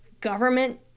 government